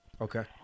Okay